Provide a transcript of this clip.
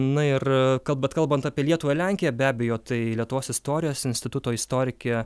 na ir kal bet kalbant apie lietuvą ir lenkiją be abejo tai lietuvos istorijos instituto istorikė